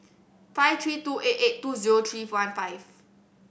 five three two eight eight two zero three one five